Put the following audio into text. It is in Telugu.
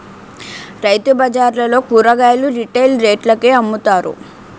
రైతుబజార్లలో కూరగాయలు రిటైల్ రేట్లకే అమ్ముతారు